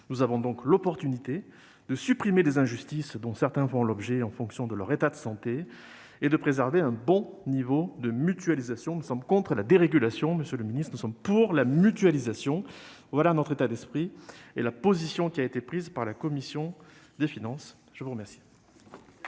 Nous avons l'occasion de supprimer les injustices dont certains font l'objet en fonction de leur état de santé et de préserver un bon niveau de mutualisation. Nous sommes contre la dérégulation, monsieur le ministre, et nous sommes favorables à la mutualisation. Tel est mon état d'esprit et la position qui a été prise par la commission des finances. La parole